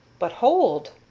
but hold!